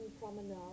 promenade